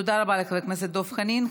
תודה רבה לחבר הכנסת דב חנין.